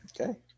Okay